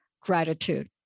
gratitude